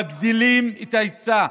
מגדילים את ההיצע,